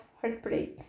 heartbreak